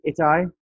Itai